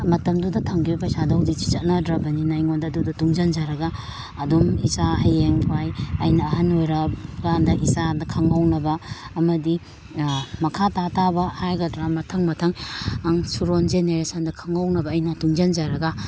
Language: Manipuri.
ꯃꯇꯝꯗꯨꯗ ꯊꯝꯈꯤꯕ ꯄꯩꯁꯥꯗꯣ ꯍꯧꯖꯤꯛꯇꯤ ꯆꯠꯅꯗ꯭ꯔꯕꯅꯤꯅ ꯑꯩꯉꯣꯟꯗ ꯑꯗꯨꯗꯣ ꯇꯨꯡꯖꯟꯖꯔꯒ ꯑꯗꯨꯝ ꯏꯆꯥ ꯍꯌꯦꯡꯋꯥꯏ ꯑꯩꯅ ꯑꯍꯟ ꯑꯣꯏꯔꯛꯄ ꯀꯥꯟꯗ ꯏꯆꯥꯗ ꯈꯪꯍꯧꯅꯕ ꯑꯃꯗꯤ ꯃꯈꯥ ꯇꯥ ꯇꯥꯕ ꯍꯥꯏꯒꯗ꯭ꯔꯥ ꯃꯊꯪ ꯃꯊꯪ ꯑꯪ ꯁꯨꯔꯣꯟ ꯖꯦꯅꯦꯔꯦꯁꯟꯗ ꯈꯪꯍꯧꯅꯕ ꯑꯩꯅ ꯇꯨꯡꯖꯟꯖꯔꯒ